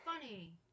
Funny